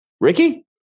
ricky